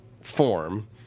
form